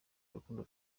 urukundo